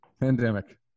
Pandemic